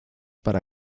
para